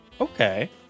Okay